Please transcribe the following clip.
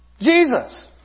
Jesus